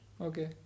okay